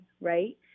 Right